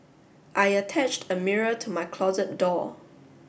I attached a mirror to my closet door